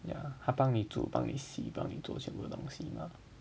yeah 她帮你煮帮你洗帮你做什么东西 mah